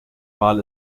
wal